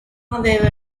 however